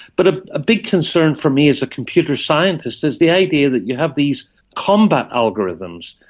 but ah a big concern for me as a computer scientist is the idea that you have these combat algorithms.